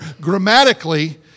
Grammatically